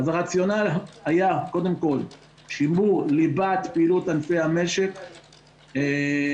אז הרציונאל היה קודם כל שימור ליבת פעילות ענפי המשק ב-30%.